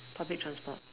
public transport